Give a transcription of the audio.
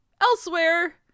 Elsewhere